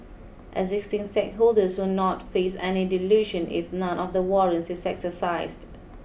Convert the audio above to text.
existing stakeholders will not face any dilution if none of the warrants is exercised